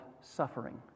suffering